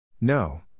No